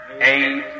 eight